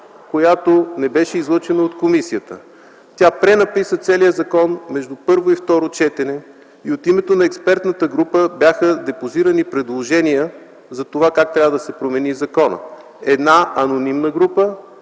която не беше излъчена от комисията. Тя пренаписа целия закон между първо и второ четене и от името на работната група бяха депозирани предложения как трябва да се промени законът – една анонимна група